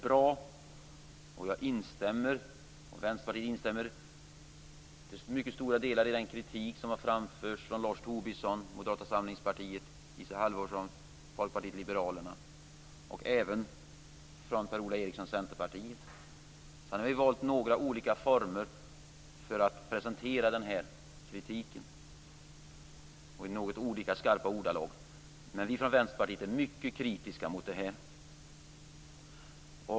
Jag och Vänsterpartiet instämmer till mycket stora delar i den kritik som har framförts av Lars Tobisson från Moderata samlingspartiet, Isa Halvarsson från Folkpartiet liberalerna och Per-Ola Eriksson från Centerpartiet. Vi har dock valt något olika former för att presentera kritiken. Dessutom gör vi det i något olika skarpa ordalag. Vi i Vänsterpartiet är mycket kritiska här.